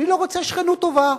מי לא רוצה שכנות טובה?